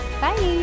bye